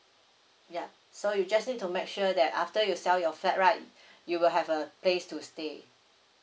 ya so you just need to make sure that after you sell your flat right you will have a place to stay